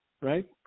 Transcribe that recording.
Right